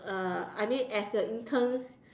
uh I mean as an intern